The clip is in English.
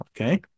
Okay